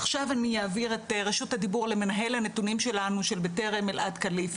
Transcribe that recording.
עכשיו אני אעביר את רשות הדיבור למנהל הנתונים שלנו של בטרם אלעד כליף,